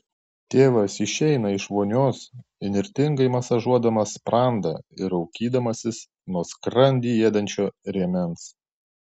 tėvas išeina iš vonios įnirtingai masažuodamas sprandą ir raukydamasis nuo skrandį ėdančio rėmens